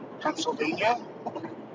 Pennsylvania